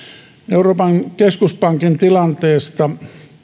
euroopan keskuspankin tilanteesta